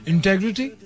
Integrity